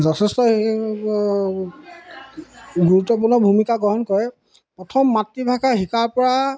যথেষ্ট গুৰুত্বপূৰ্ণ ভূমিকা গ্ৰহণ কৰে প্ৰথম মাতৃভাষা শিকাৰ পৰা